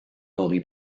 henri